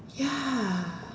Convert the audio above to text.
ya